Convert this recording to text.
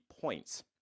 points